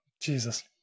jesus